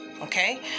okay